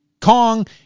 Kong